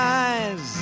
eyes